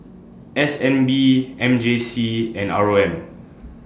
S N B M J C and R O M